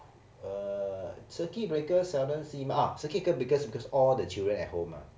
uh circuit breaker seldom seem ah circuit breaker because because all the children at home lah